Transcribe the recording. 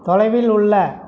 தொலைவில் உள்ள